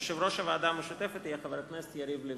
יושב-ראש הוועדה המשותפת יהיה חבר הכנסת יריב לוין.